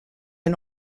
and